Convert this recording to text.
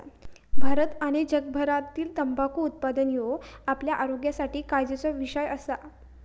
भारत आणि जगभरातील तंबाखू उत्पादन ह्यो आपल्या आरोग्यासाठी काळजीचो विषय असा